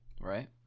Right